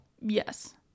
Yes